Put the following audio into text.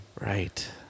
Right